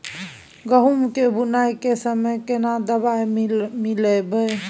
गहूम के बुनाई के समय केना दवाई मिलैबे?